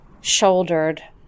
shouldered